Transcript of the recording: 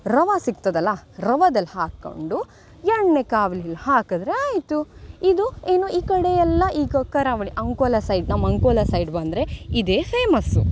ರವ ಸಿಕ್ತದಲ್ಲ ರವಾದಲ್ಲಿ ಹಾಕೊಂಡು ಎಣ್ಣೆ ಕಾವ್ಲಿಲ ಹಾಕಿದ್ರೆ ಆಯಿತು ಇದು ಇನ್ನು ಈ ಕಡೆ ಎಲ್ಲ ಈಗ ಕರಾವಳಿ ಅಂಕೋಲಾ ಸೈಡ್ ನಮ್ಮ ಅಂಕೋಲ ಸೈಡ್ ಬಂದರೆ ಇದೇ ಫೇಮಸ್ಸು